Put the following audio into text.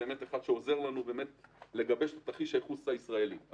עוזר לנו לגבש את תרחיש הייחוס הישראלי.